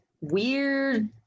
weird